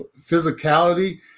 physicality